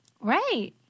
right